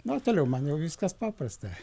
na o toliau man jau viskas paprasta